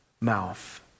mouth